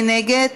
מי נגד?